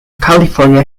california